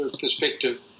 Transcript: perspective